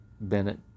Bennett